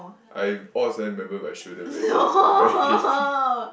I all of a sudden remember what I shouldn't very heav~ very heavy